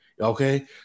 okay